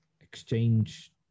exchange